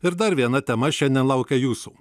ir dar viena tema šiandien laukia jūsų